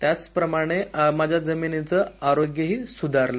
त्याचप्रमाणे माझ्या जमिनीचं आरोग्यही सुधारलं